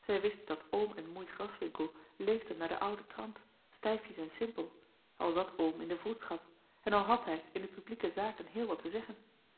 zij wist dat oom en moei graswinckel leefden naar den ouden trant stijfjes en simpel al zat oom in de vroedschap en al had hij in de publieke zaken heel wat te zeggen